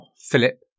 Philip